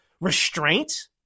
restraint